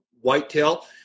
whitetail